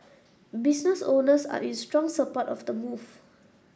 business owners are in strong support of the move